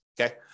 Okay